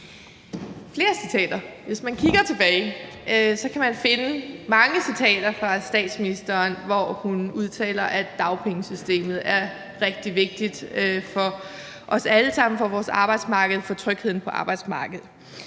Flere citater: Hvis man kigger tilbage, kan man finde mange citater fra statsministeren, hvor hun udtaler, at dagpengesystemet er rigtig vigtigt for os alle sammen, for vores arbejdsmarked, for trygheden på arbejdsmarkedet.